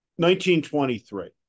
1923